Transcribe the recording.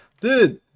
dude